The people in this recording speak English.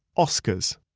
oscars.